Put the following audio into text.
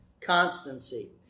constancy